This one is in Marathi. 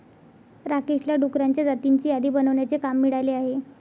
राकेशला डुकरांच्या जातींची यादी बनवण्याचे काम मिळाले आहे